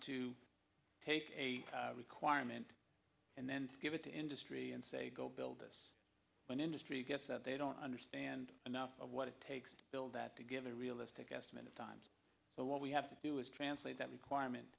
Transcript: to take a requirement and then give it to industry and say go build us an industry get that they don't understand enough of what it takes to build that to give a realistic estimate of time so what we have to do is translate that requirement